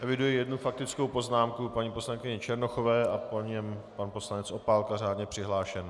Eviduji jednu faktickou poznámku paní poslankyně Černochové a po ní pan poslanec Opálka, řádně přihlášený.